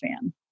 fan